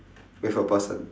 with a person